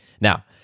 Now